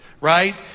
right